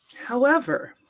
however,